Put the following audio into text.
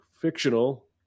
fictional